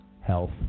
health